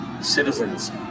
Citizens